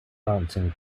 dancing